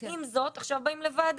עם זאת עכשיו באים לוועדה.